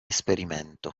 esperimento